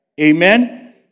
Amen